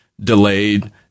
delayed